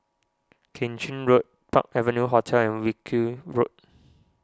Keng Chin Road Park Avenue Hotel and Wilkie Road